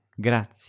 Grazie